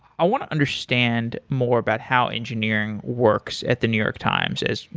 i want to understand more about how engineering works at the new york times as,